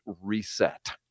reset